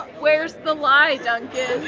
where's the lie, duncan?